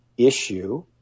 Issue